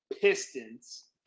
Pistons